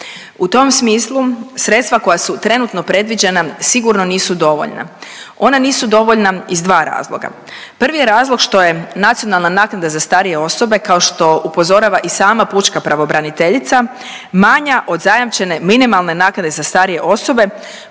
U tom smislu sredstva koja su trenutno predviđena sigurno nisu dovoljna, ona nisu dovoljna iz dva razloga. Prvi je razlog što je nacionalna naknada za starije osobe, kao što upozorava i sama pučka pravobraniteljica, manja od zajamčene minimalne naknade za starije osobe